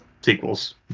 sequels